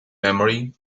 memory